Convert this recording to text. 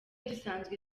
dusanzwe